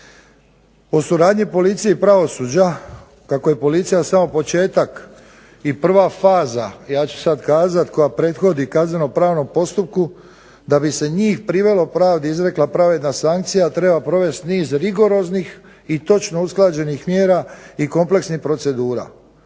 O suradnji policije i pravosuđa, kako je policija samo početak i prva faza ja ću sada kazati koja prethodi kazneno pravnom postupku, da bi se njih privelo pravdi i izrekla pravedna sankcija treba provesti niz rigoroznih i točno usklađenih mjera i kompleksnih procedura.